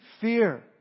fear